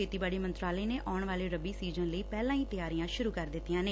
ਖੇਤੀਬਾੜੀ ਮੰਤਰਾਲੇ ਨੇ ਆਉਣ ਵਾਲੇ ਰਬੀ ਸੀਜ਼ਨ ਲਈ ਪਹਿਲਾਂ ਹੀ ਤਿਆਰੀਆਂ ਸੂਰੁ ਕਰ ਦਿੱਤੀਆਂ ਨੇ